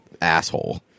asshole